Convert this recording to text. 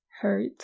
hurt